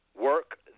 work